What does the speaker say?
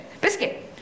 Biscuit